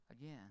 again